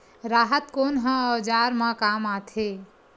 राहत कोन ह औजार मा काम आथे?